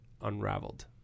unraveled